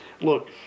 look